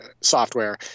software